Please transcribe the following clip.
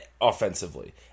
offensively